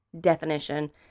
definition